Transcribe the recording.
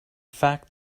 fact